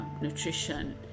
nutrition